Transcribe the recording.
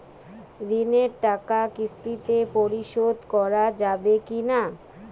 ঋণের টাকা কিস্তিতে পরিশোধ করা যাবে কি না?